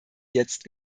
jetzt